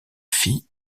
fille